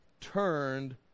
turned